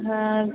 ಹಾಂ